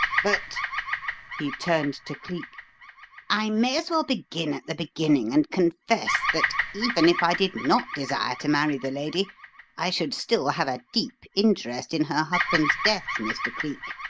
but he turned to cleek i may as well begin at the beginning and confess that even if i did not desire to marry the lady i should still have a deep interest in her husband's death, mr. cleek.